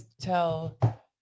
tell